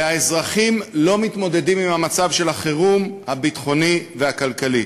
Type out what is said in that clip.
והאזרחים לא מתמודדים עם מצב החירום הביטחוני והכלכלי.